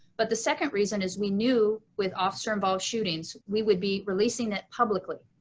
but the second reason is we knew, with officer involved shootings, we would be releasing it publicly,